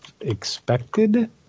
expected